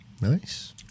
Nice